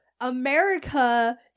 America